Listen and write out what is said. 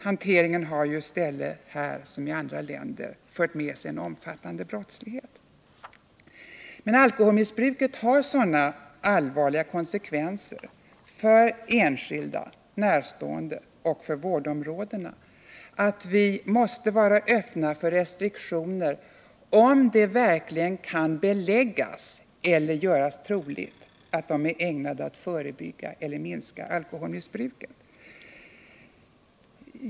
Hanteringen har i stället här som i andra länder medfört en omfattande brottslighet. Alkoholmissbruket har fått sådana allvarliga konsekvenser för enskilda och närstående samt för vårdområdena att vi måste vara öppna för restriktioner, om det verkligen kan beläggas eller göras troligt att de är ägnade att förebygga eller minska alkoholmissbruket.